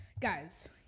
Guys